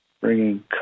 bringing